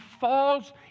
falls